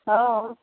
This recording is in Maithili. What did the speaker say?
हँ